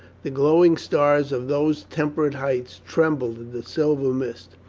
the glowing stars of those temperate heights trembled in the silver mist.